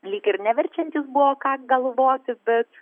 lyg ir neverčiantys buvo ką galvoti bet